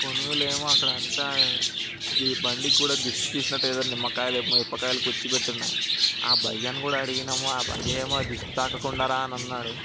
పునుగులు ఏమో అక్కడ అంతా బండికి కూడా దిష్టి తీసినట్టు ఏదో నిమ్మకాయలు మిరపకాయలు గుచ్చిపెట్టున్నాయి ఆ భయ్యాని కూడా అడిగినాము ఆ భయ్యా ఏమో దిష్టి తాకకుండారా అని అన్నాడు